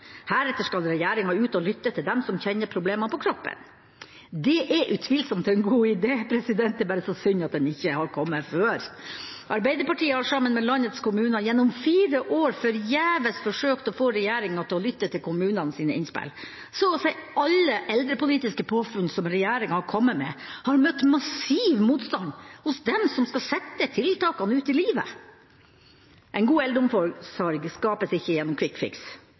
Heretter skal regjeringa ut og lytte til dem som kjenner problemene på kroppen. Det er utvilsomt en god idé – det er bare synd at den ikke har kommet før. Arbeiderpartiet har sammen med landets kommuner gjennom fire år forgjeves forsøkt å få regjeringa til å lytte til kommunenes innspill. Så å si alle eldrepolitiske påfunn som regjeringa har kommet med, har møtt massiv motstand hos dem som skal sette tiltakene ut i livet. En god eldreomsorg skapes ikke gjennom «quick fix»